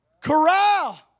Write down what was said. corral